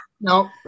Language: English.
No